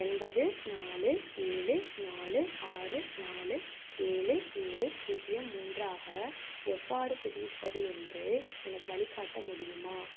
ஒன்பது நாலு ஏழு நாலு ஆறு நாலு ஏழு ஏழு பூஜ்யம் மூன்றாக எவ்வாறு புதுப்பிப்பது என்று எனக்கு வழிக்காட்ட முடியுமா